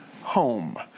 home